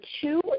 two